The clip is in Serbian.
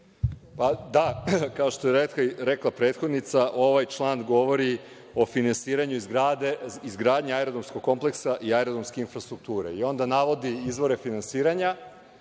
Kao što je rekla prethodnica, ovaj član govori o finansiranju izgradnje aerodromskog kompleksa i aerodromske infrastrukture. Onda navodi izvore finansiranja